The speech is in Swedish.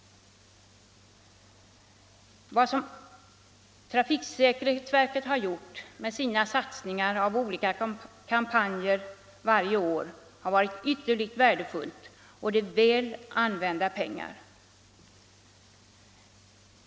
Trafiksäkerhetsverkets satsningar på olika kampanjer varje år har varit ytterligt värdefulla. Det är väl använda pengar.